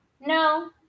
No